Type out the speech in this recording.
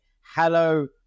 hello